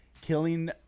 killing